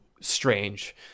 strange